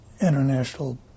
international